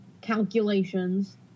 calculations